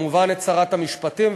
וכמובן את שרת המשפטים,